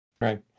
Right